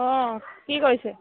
অঁ কি কৰিছে